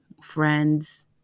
friends